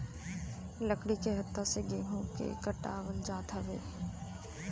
लकड़ी के हत्था से गेंहू के पटावल जात हवे